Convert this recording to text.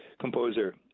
composer